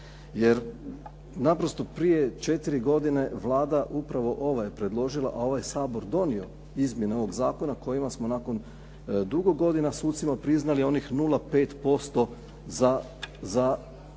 jer naprosto prije četiri godine Vlada, upravo ova je predložila, a ovaj Sabor donio izmjene ovog zakona kojima smo nakon dugo godina sucima priznali 0,5% za…